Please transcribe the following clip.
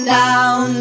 down